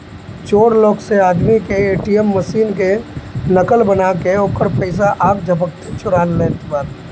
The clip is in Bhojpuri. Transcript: चोर लोग स आदमी के ए.टी.एम मशीन के नकल बना के ओकर पइसा आख झपकते चुरा लेत बा